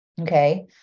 Okay